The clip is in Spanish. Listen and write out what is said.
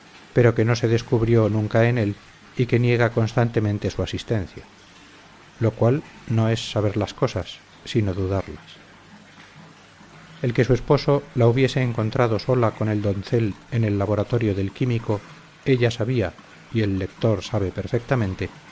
pero que no se descubrió nunca en él y que niega constantemente su asistencia lo cual no es saber las cosas sino dudarlas el que su esposo la hubiese encontrado sola con el doncel en el laboratorio del químico ella sabía y el lector sabe perfectamente